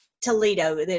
Toledo